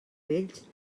vells